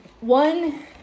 One